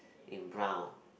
in brown